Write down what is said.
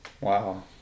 wow